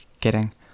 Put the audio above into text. kidding